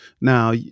Now